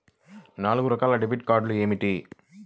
నాలుగు రకాల డెబిట్ కార్డులు ఏమిటి?